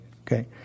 okay